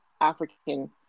African